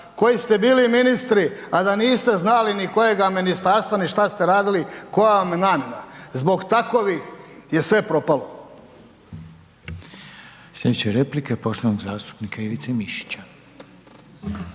koji ste bili ministri a da niste znali ni kojega ministarstva ni šta ste radili, koja vam je namjena. Zbog takovih je sve propalo.